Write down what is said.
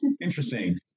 interesting